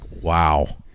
wow